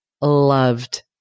loved